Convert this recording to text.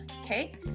okay